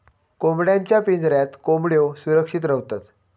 कोंबड्यांच्या पिंजऱ्यात कोंबड्यो सुरक्षित रव्हतत